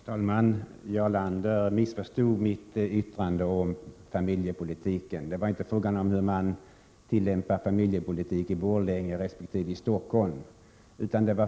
Herr talman! Jarl Lander missförstod mitt yttrande om familjepolitiken. Det gällde inte hur man tillämpar familjepolitik i Borlänge resp. Stockholm.